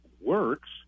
works –